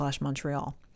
montreal